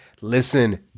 Listen